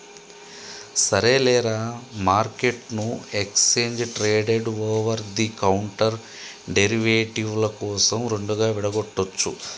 సరేలేరా, మార్కెట్ను exchange traded over the counter derivative ల కోసం రెండుగా విడగొట్టొచ్చు